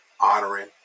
Honoring